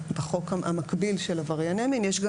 בחוק המקביל של עברייני מין יש גם